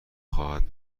خواهد